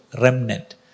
Remnant